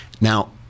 Now